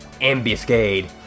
ambuscade